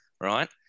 right